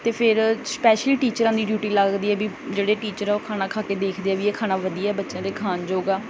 ਅਤੇ ਫਿਰ ਸਪੈਸ਼ਲੀ ਟੀਚਰਾਂ ਦੀ ਡਿਊਟੀ ਲੱਗਦੀ ਹੈ ਵੀ ਜਿਹੜੇ ਟੀਚਰ ਆ ਉਹ ਖਾਣਾ ਖਾ ਕੇ ਦੇਖਦੇ ਆ ਵੀ ਇਹ ਖਾਣਾ ਵਧੀਆ ਬੱਚਿਆਂ ਦੇ ਖਾਣ ਯੋਗ ਆ